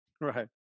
Right